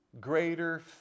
greater